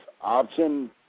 option